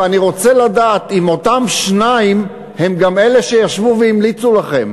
ואני רוצה לדעת אם אותם שניים הם גם אלה שישבו והמליצו לכם